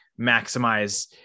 maximize